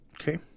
Okay